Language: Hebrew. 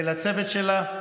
ולצוות שלה,